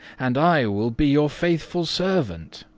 and i will be your faithful servant.